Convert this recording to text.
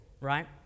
right